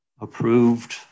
approved